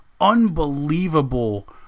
unbelievable